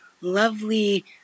lovely